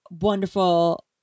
wonderful